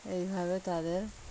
এইভাবে তাদের